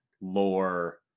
lore